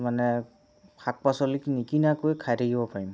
মানে শাক পাচলি কি নিকিনাকৈ খাই থাকিব পাৰিম